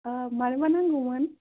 औ मानोबा नांगौमोन